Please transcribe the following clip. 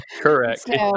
Correct